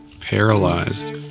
paralyzed